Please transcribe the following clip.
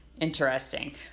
Interesting